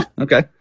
okay